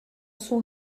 son